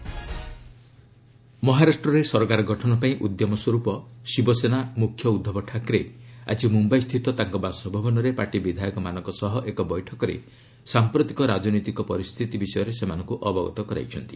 ମହା gov formation ମହାରାଷ୍ଟ୍ରରେ ସରକାର ଗଠନ ପାଇଁ ଉଦ୍ୟମ ସ୍ୱରୂପ ଶିବସେନା ମୁଖ୍ୟ ଉଦ୍ଧବ ଠାକରେ ଆଜି ମୁମ୍ବାଇ ସ୍ଥିତ ତାଙ୍କ ବାସଭବନରେ ପାର୍ଟି ବିଧାୟକମାନଙ୍କ ସହ ଏକ ବୈଠକରେ ସାମ୍ପ୍ରତିକ ରାଜନୈତିକ ପରିସ୍ଥିତି ବିଷୟରେ ସେମାନଙ୍କୁ ଅବଗତ କରାଇଛନ୍ତି